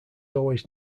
always